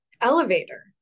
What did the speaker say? elevator